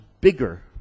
bigger